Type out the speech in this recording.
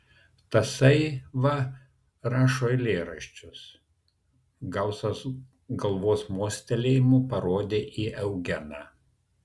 tasai va rašo eilėraščius gausas galvos mostelėjimu parodė į eugeną